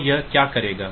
तो यह क्या करेगा